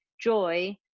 joy